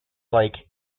like